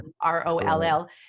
R-O-L-L